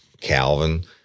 Calvin